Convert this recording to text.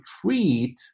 treat